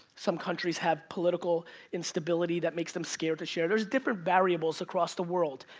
some countries have political instability that makes them scared to share. there's different variables across the world.